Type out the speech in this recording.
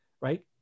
Right